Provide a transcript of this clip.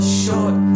short